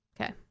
Okay